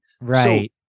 Right